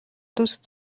دوست